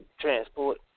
transport